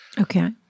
Okay